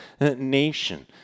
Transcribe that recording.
nation